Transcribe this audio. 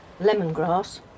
lemongrass